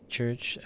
Church